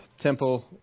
temple